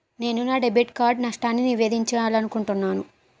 నేను నా debit card నష్టాన్ని నివేదించాలనుకుంటున్నాను